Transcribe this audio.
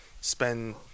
spend